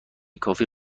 کافی